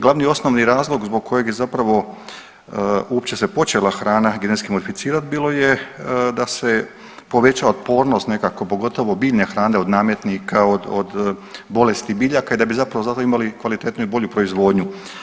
Glavni i osnovni razlog zbog kojeg je zapravo uopće se počela hrana genetski modificirat bilo je da se poveća otpornost nekako pogotovo biljne hrane od nametnika, od, od bolesti biljaka i da bi zapravo zato imali kvalitetniju i bolju proizvodnju.